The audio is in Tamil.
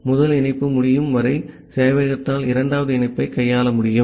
ஆகவே முதல் இணைப்பு முடியும் வரை சேவையகத்தால் இரண்டாவது இணைப்பை கையாள முடியாது